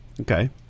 Okay